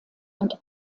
und